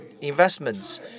investments